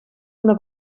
una